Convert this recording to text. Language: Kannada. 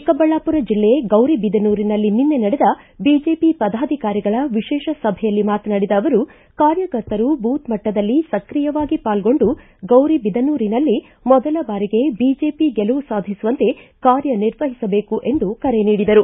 ಚಿಕ್ಕಬಳ್ಳಾಮರ ಜಿಲ್ಲೆ ಗೌರಿಬಿದನೂರಿನಲ್ಲಿ ನಿನ್ನೆ ನಡೆದ ಬಿಜೆಪಿ ಪದಾಧಿಕಾರಿಗಳ ವಿಶೇಷ ಸಭೆಯಲ್ಲಿ ಮಾತನಾಡಿದ ಅವರು ಕಾರ್ಯಕರ್ತರು ಬೂತ್ ಮಟ್ಟದಲ್ಲಿ ಸಕ್ರಿಯವಾಗಿ ಪಾಲ್ಗೊಂಡು ಗೌರಿಬಿದನೂರಿನಲ್ಲಿ ಮೊದಲ ಬಾರಿಗೆ ಬಿಜೆಪಿ ಗೆಲುವು ಸಾಧಿಸುವಂತೆ ಕಾರ್ಯ ನಿರ್ವಹಿಸಬೇಕು ಎಂದು ಕರೆ ನೀಡಿದರು